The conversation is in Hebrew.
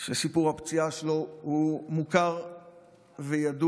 שסיפור הפציעה שלו מוכר וידוע.